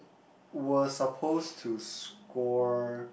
were supposed to score